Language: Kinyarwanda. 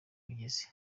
bigeze